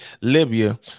Libya